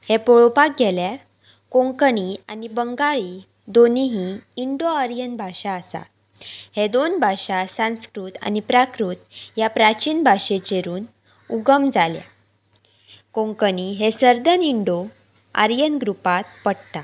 हें पळोवपाक गेल्यार कोंकणी आनी बंगाळी दोनी ही इंडो आर्यन भाशा आसा हे दोन भाशा सांस्कृत आनी प्राकृत ह्या प्राचीन भाशेचेरून उगम जाले कोंकणी हे सर्दन इंडो आर्यन ग्रुपांत पडटा